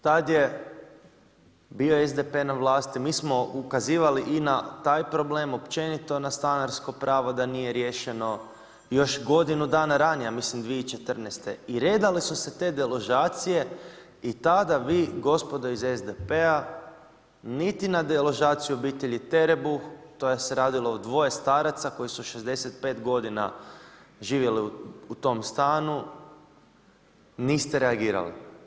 Tad je bio SDP na vlasti, mi smo ukazivali i na taj problem općenito na stanarsko pravo, da nije riješeno, još godinu dana ranije ja mislim 2014. i redale su se te deložacije i tada vi gospodo iz SDP-a niti na deložaciju obitelji Terebuh, to se radilo o dvoje staraca koji su 65 godina živjeli u tom stanu, niste reagirali.